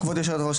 כבוד היושבת-ראש,